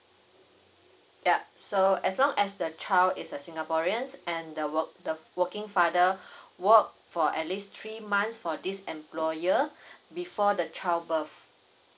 ya so as long as the child is a singaporean and the work the working father work for at least three months for this employer before the child birth